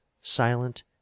silent